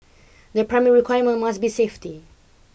the primary requirement must be safety